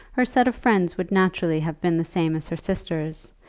her set of friends would naturally have been the same as her sister's,